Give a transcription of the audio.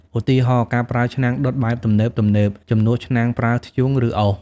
ឧទាហរណ៍ ការប្រើឆ្នាំងដុតបែបទំនើបៗជំនួសឆ្នាំងប្រើធ្បូង ឬអុស។